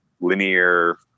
linear